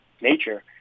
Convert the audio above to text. nature